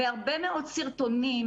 בהרבה מאוד סרטונים,